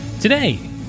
Today